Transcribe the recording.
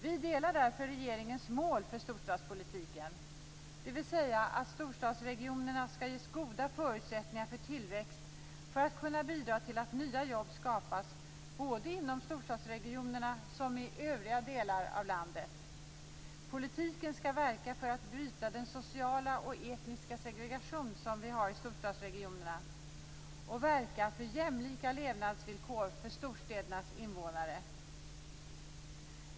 Vi delar därför regeringens mål för storstadspolitiken. Storstadsregionerna skall ges goda förutsättningar för tillväxt för att kunna bidra till att nya jobb skapas såväl inom storstadsregionerna som i övriga delar av landet. Politiken skall verka för att bryta den sociala och etniska segregation som vi har i storstadsregionerna. Den skall verka för jämlika levnadsvillkor för storstädernas invånare.